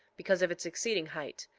because of its exceeding height,